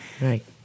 Right